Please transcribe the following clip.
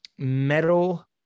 metal